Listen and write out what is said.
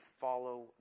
follow